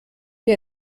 wir